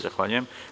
Zahvaljujem.